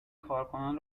کارکنان